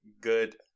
good